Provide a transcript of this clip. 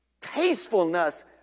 tastefulness